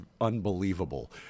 unbelievable